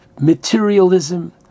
materialism